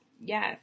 Yes